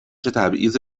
تبعیض